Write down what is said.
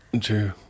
true